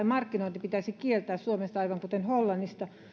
markkinointi pitäisi kieltää suomessa aivan kuten hollannissa